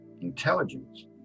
intelligence